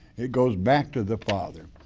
it goes back to the father.